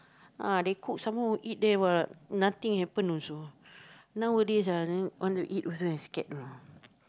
ah they cook some more eat there what nothing happen also nowadays ah then want to eat also I scared you know